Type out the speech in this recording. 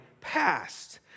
past